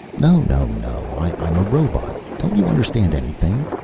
no, no, no. i'm a robot. don't you understand anything?